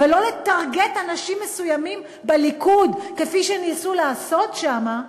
ולא "לטארגט" אנשים מסוימים בליכוד כפי שניסו לעשות שם,